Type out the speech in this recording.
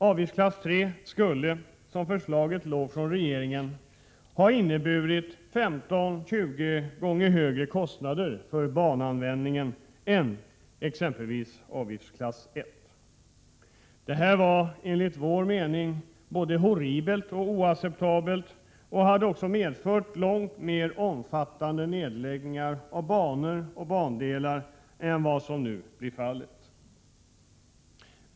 Avgiftsklass 3 skulle — som förslaget låg från regeringen — ha inneburit 15-20 gånger högre kostnader för bananvändningen än avgiftsklass 1. Detta var enligt vår mening horribelt och oacceptabelt, och det skulle ha medfört långt mer omfattande nedläggningar av banor och bandelar än vad som nu blir fallet.